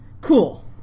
Cool